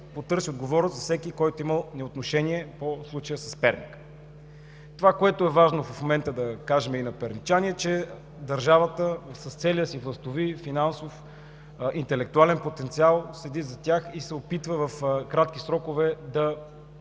потърси отговорност от всеки, който е имал отношение по случая с Перник. Това, което е важно в момента, е да кажем на перничани, че държавата с целия си властови, финансов и интелектуален потенциал седи зад тях и се опитва в кратки срокове –